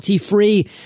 Free